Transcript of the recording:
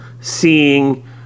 seeing